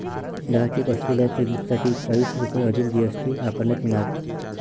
दहा चेक असलेल्या चेकबुकसाठी चाळीस रुपये अधिक जी.एस.टी आकारण्यात येणार